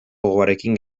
gogoarekin